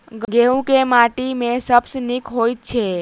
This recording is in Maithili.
गहूम केँ माटि मे सबसँ नीक होइत छै?